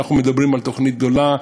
כשאנחנו מדברים על תוכנית גדולה,